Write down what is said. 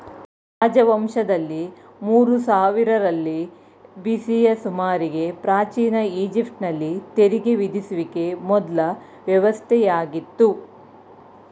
ರಾಜವಂಶದಲ್ಲಿ ಮೂರು ಸಾವಿರರಲ್ಲಿ ಬಿ.ಸಿಯ ಸುಮಾರಿಗೆ ಪ್ರಾಚೀನ ಈಜಿಪ್ಟ್ ನಲ್ಲಿ ತೆರಿಗೆ ವಿಧಿಸುವಿಕೆ ಮೊದ್ಲ ವ್ಯವಸ್ಥೆಯಾಗಿತ್ತು